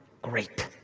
great.